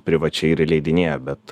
privačiai ir įleidinėja bet